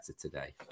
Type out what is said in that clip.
today